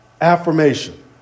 Affirmation